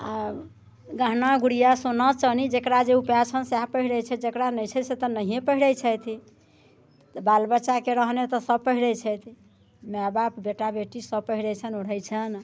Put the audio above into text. गहना गुड़िया सोना चानी जेकरा जे उपाय छनि सहए पहिरैत छथि जेकरा नहि छै से तऽ नहिये पहिरैत छथि तऽ बाल बच्चाके रहलै तऽ सभ पहिरैत छथि माय बाप बेटा बेटी सभ पहिरैत छनि ओढ़ैत छनि